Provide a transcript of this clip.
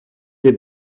des